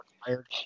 required